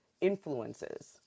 influences